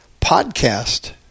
podcast